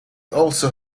also